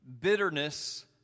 bitterness